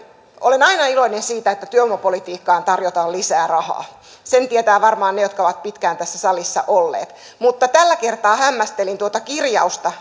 olen aina iloinen siitä että työvoimapolitiikkaan tarjotaan lisää rahaa sen tietävät varmaan he jotka ovat pitkään tässä salissa olleet mutta tällä kertaa hämmästelin tuota kirjausta